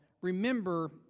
remember